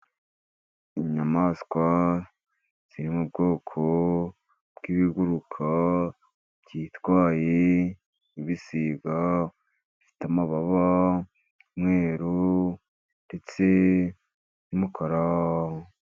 Inyamaswa ziri mu bwoko bw'ibiguruka byitwaye nk'ibisiga, bifite amababa y'umweru ndetse n'umukara,..